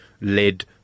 led